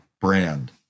brand